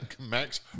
Max